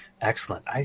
Excellent